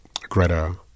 Greta